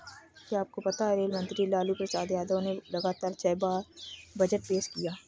क्या आपको पता है रेल मंत्री लालू प्रसाद यादव ने लगातार छह बार बजट पेश किया?